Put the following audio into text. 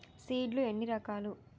Seed లు ఎన్ని రకాలు?